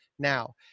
now